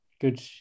Good